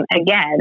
again